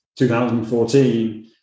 2014